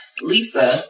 Lisa